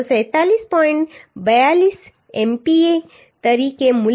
42 MPa તરીકે મૂલ્ય